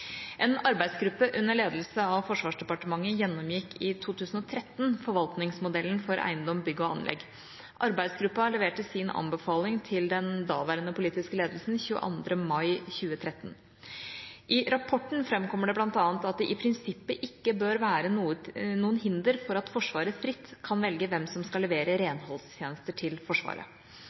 En arbeidsgruppe under ledelse av Forsvarsdepartementet gjennomgikk i 2013 forvaltningsmodellen for eiendom, bygg og anlegg. Arbeidsgruppa leverte sin anbefaling til den daværende politiske ledelsen 22. mai 2013. I rapporten framkommer det bl.a. at det i prinsippet ikke bør være noe hinder for at Forsvaret fritt kan velge hvem som skal levere renholdstjenester til Forsvaret.